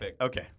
Okay